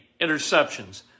interceptions